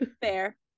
fair